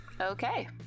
Okay